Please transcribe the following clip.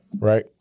Right